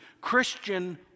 Christian